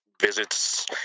visits